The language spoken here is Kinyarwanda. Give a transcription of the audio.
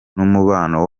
n’umubano